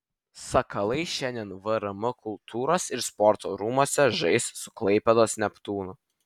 sakalai šiandien vrm kultūros ir sporto rūmuose žais su klaipėdos neptūnu